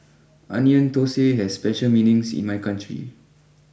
Onion Thosai has special meanings in my country